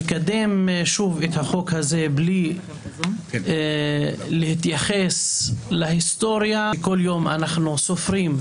ולקדם שוב את החוק הזה בלי להתייחס להיסטוריה ולהווה וללמוד